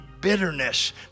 Bitterness